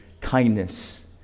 kindness